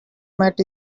met